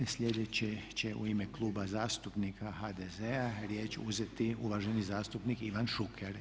Sljedeći će u ime Kluba zastupnika HDZ-a riječ uzeti uvaženi zastupnik Ivan Šuker.